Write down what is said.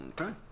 Okay